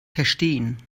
verstehen